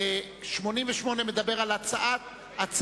סעיף 88 מדבר על הצעה